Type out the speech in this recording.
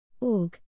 Org